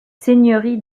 seigneuries